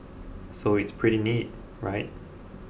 so it's pretty neat right